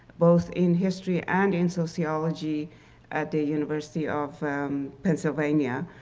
both in history and in sociology at the university of pennsylvania.